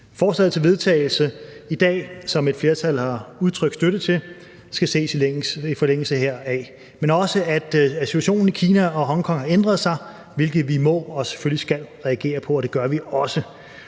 forslag til vedtagelse i dag, som et flertal har udtrykt støtte til, skal ses i forlængelse heraf, men også af, at situationen i Kina og Hongkong har ændret sig, hvilket vi må og selvfølgelig skal reagere på, og det gør vi også.